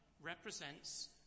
represents